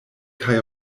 kaj